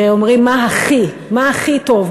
שאומרים מה הכי: מה הכי טוב,